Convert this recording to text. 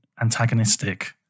antagonistic